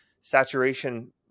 saturation